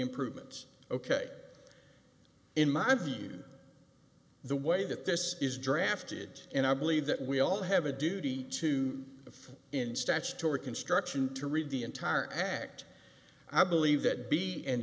improvements ok in my view the way that this is drafted and i believe that we all have a duty to if in statutory construction to read the entire act i believe that b